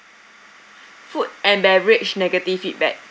food and beverage negative feedback